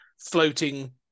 floating